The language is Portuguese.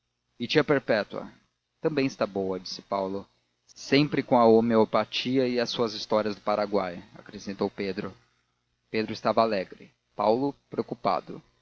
e tia perpétua também está boa disse paulo sempre com a homeopatia e as suas histórias do paraguai acrescentou pedro pedro estava alegre paulo preocupado